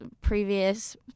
previous